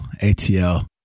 ATL